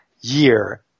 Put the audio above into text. year